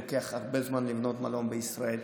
לוקח הרבה זמן לבנות מלון במדינת ישראל,